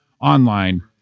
online